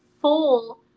full